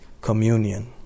communion